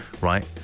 right